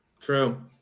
True